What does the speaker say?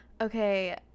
Okay